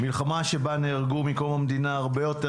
מלחמה שבה נהרגו מקום המדינה הרבה יותר